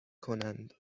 کنند